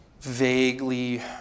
vaguely